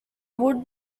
would